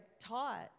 taught